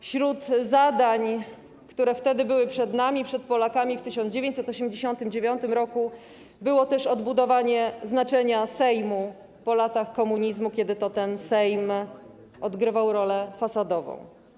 Wśród zadań, które wtedy były przed nami, przed Polakami, w 1989 r., było też odbudowanie znaczenia Sejmu po latach komunizmu, kiedy to ten Sejm odgrywał rolę fasadową.